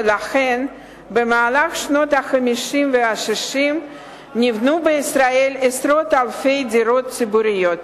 ולכן נבנו בישראל במהלך שנות ה-50 וה-60 עשרות אלפי דירות ציבוריות.